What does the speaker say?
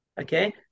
okay